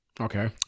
okay